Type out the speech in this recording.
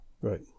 right